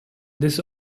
this